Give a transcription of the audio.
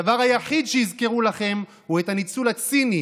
הדבר היחיד שיזכרו לכם הוא את הניצול הציני,